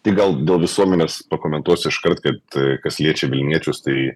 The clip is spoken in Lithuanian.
tik gal dėl visuomenės pakomentuosiu iškart kad kas liečia vilniečius tai